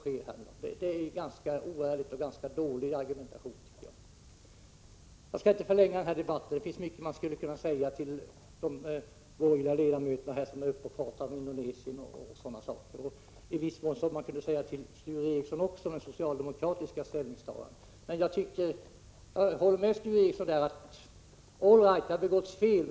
Det är oärligt och det är ganska dålig argumentation som ni för fram. Jag skall inte förlänga denna debatt. Det finns mycket man skulle kunna säga till de borgerliga ledamöterna, som talar om exempelvis Indonesien. Det skulle man också i viss mån kunna säga till Sture Ericson om det socialdemokratiska ställningstagandet. Jag håller med Sture Ericson om att det har begåtts fel.